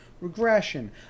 regression